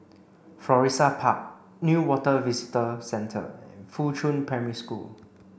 Florissa Park Newater Visitor Centre and Fuchun Primary School